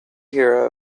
hear